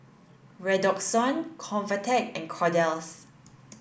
Redoxon Convatec and Kordel's